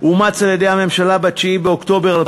(אמצעים לאכיפת תשלום מסים ולהרתעה מפני הלבנת